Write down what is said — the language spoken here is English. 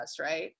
right